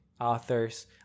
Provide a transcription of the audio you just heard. authors